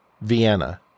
Vienna